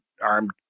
armed